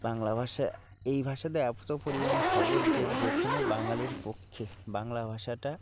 বাংলা ভাষা এই ভাষাটা এত পরিমাণে সহজ যে যে কোনো বাঙালির পক্ষে বাংলা ভাষাটা